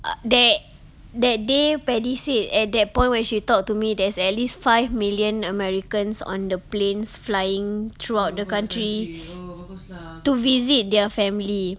u~ that that day pedi said at that point when she talked to me there's at least five million americans on the planes flying throughout the country to visit their family